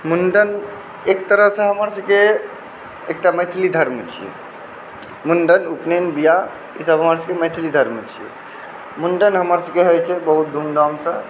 मुण्डन एक तरहसँ हमरसभके एकटा मैथिल धर्म छियै मुण्डन उपनयन विवाह ईसभ हमरसभके मैथिल धर्म छियै मुण्डन हमरसभके होइत छै बहुत धूमधामसँ